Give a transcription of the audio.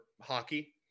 hockey